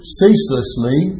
ceaselessly